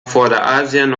vorderasien